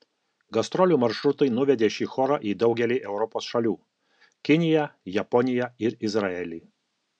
gastrolių maršrutai nuvedė šį chorą į daugelį europos šalių kiniją japoniją ir izraelį